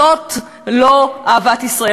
זאת לא אהבת ישראל.